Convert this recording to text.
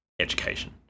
education